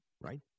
right